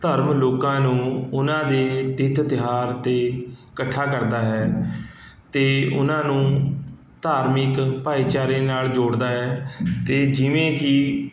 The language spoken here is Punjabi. ਧਰਮ ਲੋਕਾਂ ਨੂੰ ਉਹਨਾਂ ਦੇ ਤਿੱਥ ਤਿਉਹਾਰ 'ਤੇ ਇਕੱਠਾ ਕਰਦਾ ਹੈ ਅਤੇ ਉਹਨਾਂ ਨੂੰ ਧਾਰਮਿਕ ਭਾਈਚਾਰੇ ਨਾਲ਼ ਜੋੜਦਾ ਹੈ ਅਤੇ ਜਿਵੇਂ ਕੀ